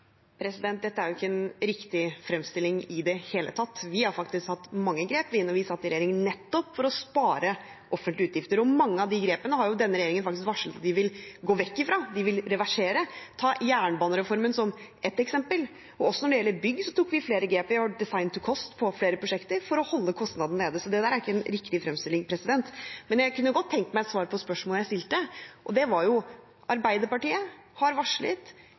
Dette er ikke en riktig fremstilling i det hele tatt. Vi tok faktisk mange grep da vi satt i regjering, nettopp for å spare offentlige utgifter. Mange av de grepene har denne regjeringen faktisk varslet at de vil gå vekk ifra, de vil reversere – ta jernbanereformen som et eksempel. Også når det gjelder bygg, tok vi flere grep. Vi har gjort «Design-to-Cost» på flere prosjekter for å holde kostnadene nede. Så det er ikke en riktig fremstilling. Men jeg kunne godt tenke meg svar på det spørsmålet jeg stilte. Det var: Arbeiderpartiet har varslet